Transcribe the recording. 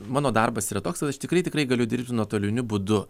mano darbas yra toks kad aš tikrai tikrai galiu dirbti nuotoliniu būdu